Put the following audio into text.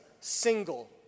single